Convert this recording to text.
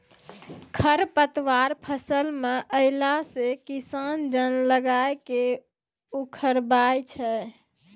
खरपतवार फसल मे अैला से किसान जन लगाय के उखड़बाय छै